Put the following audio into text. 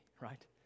right